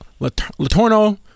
Latorno